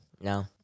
No